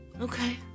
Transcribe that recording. okay